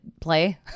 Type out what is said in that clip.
play